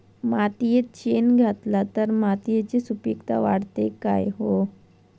मातयेत शेण घातला तर मातयेची सुपीकता वाढते काय?